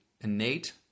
innate